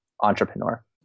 entrepreneur